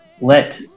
let